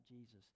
Jesus